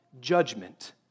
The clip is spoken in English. judgment